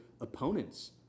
opponents